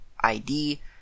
ID